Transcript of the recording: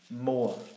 more